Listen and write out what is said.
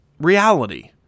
reality